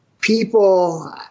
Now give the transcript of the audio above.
People